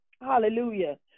hallelujah